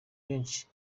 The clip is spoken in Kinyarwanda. benshi